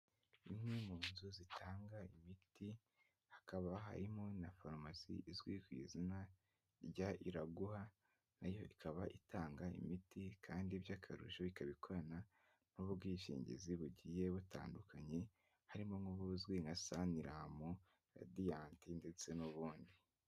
Imwe mu nzu zitanga imiti hakaba harimo na farumasi izwi ku izina rya iraguha nayo ikaba itanga imiti kandi by'akarusho ikabi ikorana n'ubwishingizi bugiye butandukanye harimo nk'ubuzwi nka saniraham na radiant ndetse n'ubundi.